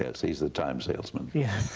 yes. he's the time salesman. yeah